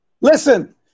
listen